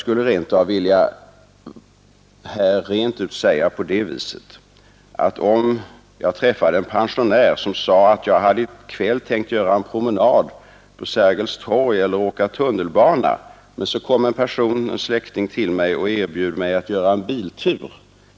Låt oss anta att jag träffade en pensionär, som sade: ”Jag hade i kväll tänkt ta en promenad på Sergels torg eller åka tunnelbana, men så kom en släkting och erbjöd mig göra en biltur.